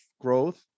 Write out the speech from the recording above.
growth